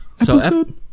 Episode